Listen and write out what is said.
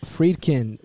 Friedkin